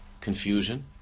confusion